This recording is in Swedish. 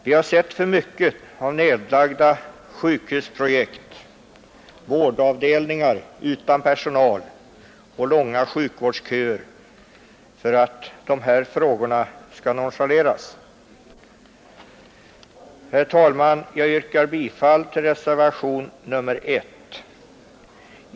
Vi har sett för mycket av nedlagda sjukhusprojekt, vårdavdelningar utan personal och långa vårdköer för att nonchalera dessa frågor. Herr talman! Jag yrkar bifall till reservationen 1.